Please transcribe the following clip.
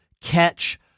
catch